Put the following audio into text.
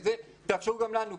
תאפשרו גם לנו.